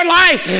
life